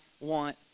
want